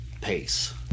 pace